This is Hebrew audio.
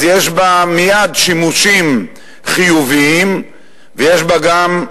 יש בה מייד שימושים חיוביים ויש בה גם,